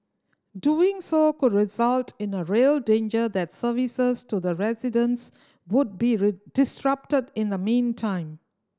doing so could result in a real danger that services to the residents would be disrupted in the meantime